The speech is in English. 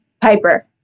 Piper